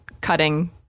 cutting